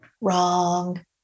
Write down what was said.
wrong